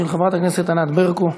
של חברת הכנסת ענת ברקו.